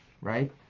right